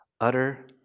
Utter